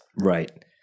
Right